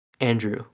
Andrew